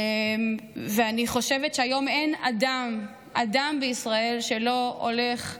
ואני חושבת שהיום אין אדם בישראל שלא הולך לישון,